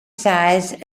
size